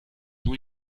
new